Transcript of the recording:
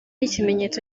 ikimenyetso